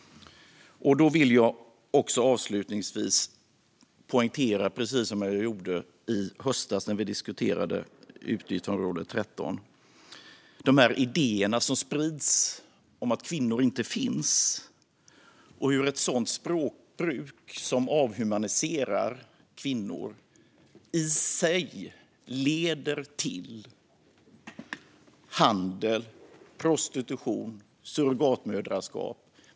Jag vill också avslutningsvis poängtera, precis som jag gjorde i höstas när vi diskuterade utgiftsområde 13, hur de här idéerna som sprids om att kvinnor inte finns och hur ett sådant språkbruk som avhumaniserar kvinnor i sig leder till handel, prostitution och surrogatmoderskap.